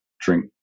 drink